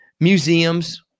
museums